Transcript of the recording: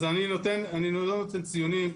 אז אני לא נותן ציונים.